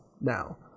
now